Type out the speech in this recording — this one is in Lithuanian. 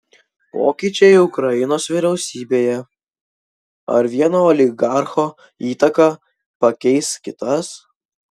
pokyčiai ukrainos vyriausybėje ar vieno oligarcho įtaką pakeis kitas